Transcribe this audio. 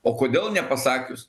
o kodėl nepasakius